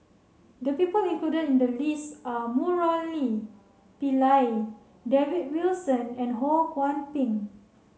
the people included in the list are Murali Pillai David Wilson and Ho Kwon Ping